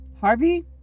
Harvey